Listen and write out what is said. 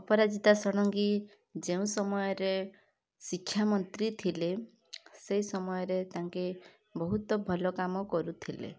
ଅପରାଜିତା ଷଡଙ୍ଗୀ ଯେଉଁ ସମୟରେ ଶିକ୍ଷା ମନ୍ତ୍ରୀ ଥିଲେ ସେ ସମୟରେ ତାଙ୍କେ ବହୁତ ଭଲ କାମ କରୁଥିଲେ